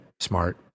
Smart